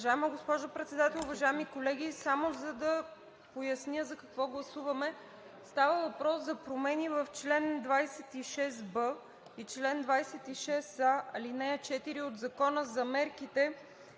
Уважаема госпожо Председател, уважаеми колеги! Само да поясня за какво гласуваме. Става въпрос за промени в чл. 26б и чл. 26а, ал. 4 от Закона за мерките